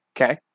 Okay